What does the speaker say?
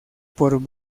por